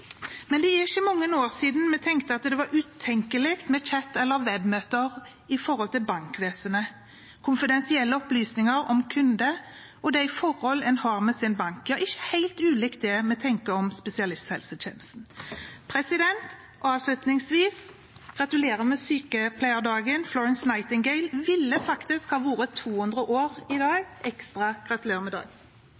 men det er ikke mange år siden det var utenkelig med chat eller webmøter for bankvesenet. Konfidensielle opplysninger om kunder og de forhold en har til sin bank, er ikke helt ulikt det en tenker om spesialisthelsetjenesten. Avslutningsvis: Gratulerer med sykepleierdagen! Florence Nightingale ville ha vært 200 år i dag.